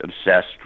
obsessed